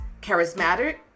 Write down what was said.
charismatic